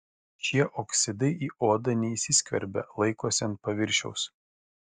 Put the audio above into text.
šie oksidai į odą neįsiskverbia laikosi ant paviršiaus